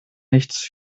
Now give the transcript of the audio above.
nichts